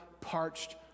parched